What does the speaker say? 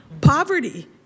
Poverty